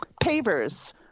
Pavers